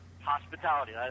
hospitality